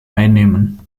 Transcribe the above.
einnehmen